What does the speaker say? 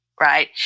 Right